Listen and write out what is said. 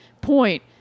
point